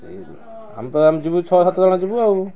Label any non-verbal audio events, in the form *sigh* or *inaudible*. ସେଇ ଆମ *unintelligible* ଯିବୁ ଛଅ ସାତ ଜଣ ଯିବୁ ଆଉ